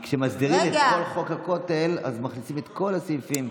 כשמסדירים את חוק הכותל אז מכניסים את כל הסעיפים.